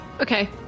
Okay